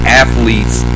athletes